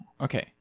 Okay